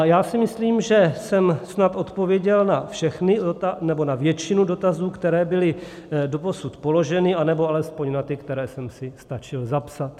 Já si myslím, že jsem snad odpověděl na všechny, nebo na většinu dotazů, které byly doposud položeny, anebo alespoň na ty, které jsem si stačil zapsat.